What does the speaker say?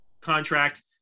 contract